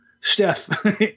Steph